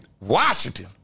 Washington